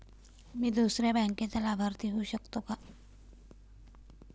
मी दुसऱ्या बँकेचा लाभार्थी होऊ शकतो का?